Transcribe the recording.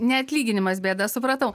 ne atlyginimas bėda supratau